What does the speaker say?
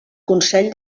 consell